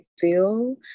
feel